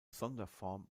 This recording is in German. sonderform